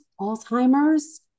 Alzheimer's